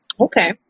Okay